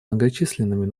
многочисленными